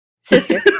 Sister